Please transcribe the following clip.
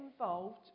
involved